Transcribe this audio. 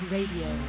Radio